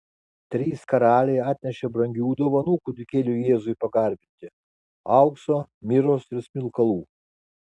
trys karaliai atnešė brangių dovanų kūdikėliui jėzui pagarbinti aukso miros ir smilkalų